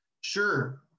Sure